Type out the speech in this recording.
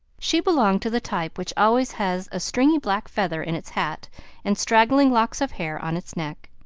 she belonged to the type which always has a stringy black feather in its hat and straggling locks of hair on its neck.